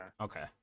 okay